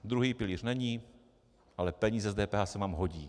Druhý pilíř není, ale peníze z DPH se vám hodí.